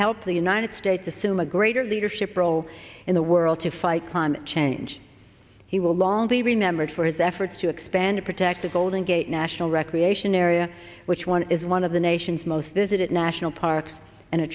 help the united states assume a greater leadership role in the world to fight climate change he will long be remembered for his efforts to expand to protect the golden gate national recreation area which one is one of the nation's most visited national parks and a